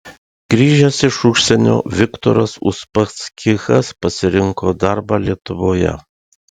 grįžęs iš užsienio viktoras uspaskichas pasirinko darbą lietuvoje